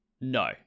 no